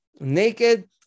naked